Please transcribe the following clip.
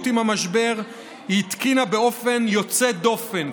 עם המשבר היא התקינה באופן יוצא דופן,